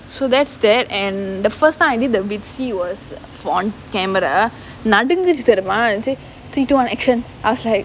so that's that and the first time I did the vitsy was on camera நடுங்குச்சி தெரியுமா:nadunguchi theriyuma say three two one action I was like